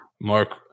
Mark